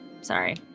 sorry